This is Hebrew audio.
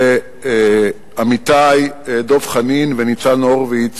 שעמיתי דב חנין וניצן הורוביץ